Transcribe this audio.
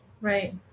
Right